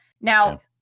now